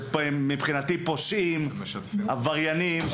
שמבחינתי הם פושעים ועבריינים,